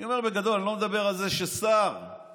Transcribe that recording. אני אומר בגדול, אני לא מדבר על זה ששר בקבינט,